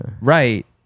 right